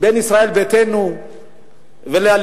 בין ישראל ביתנו לליכוד.